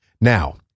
Now